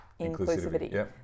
Inclusivity